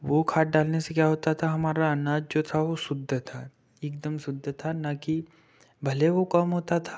वो खाद डालने से क्या होता था हमारा अनाज जो था वो शुद्ध था एकदम शुद्ध था न कि भले वो कम होता था